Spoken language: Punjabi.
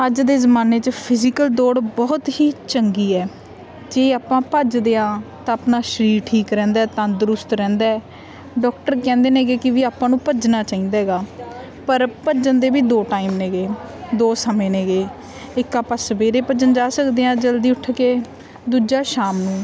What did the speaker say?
ਅੱਜ ਦੇ ਜ਼ਮਾਨੇ 'ਚ ਫਿਜ਼ੀਕਲ ਦੌੜ ਬਹੁਤ ਹੀ ਚੰਗੀ ਹੈ ਜੇ ਆਪਾਂ ਭੱਜਦੇ ਹਾਂ ਤਾਂ ਆਪਣਾ ਸਰੀਰ ਠੀਕ ਰਹਿੰਦਾ ਤੰਦਰੁਸਤ ਰਹਿੰਦਾ ਡੋਕਟਰ ਕਹਿੰਦੇ ਨੇ ਕਿ ਵੀ ਆਪਾਂ ਨੂੰ ਭੱਜਣਾ ਚਾਹੀਦਾ ਗਾ ਪਰ ਭੱਜਣ ਦੇ ਵੀ ਦੋ ਟਾਈਮ ਨੇਗੇ ਦੋ ਸਮੇਂ ਨੇਗੇ ਇੱਕ ਆਪਾਂ ਸਵੇਰੇ ਭੱਜਣ ਜਾ ਸਕਦੇ ਹਾਂ ਜਲਦੀ ਉੱਠ ਕੇ ਦੂਜਾ ਸ਼ਾਮ ਨੂੰ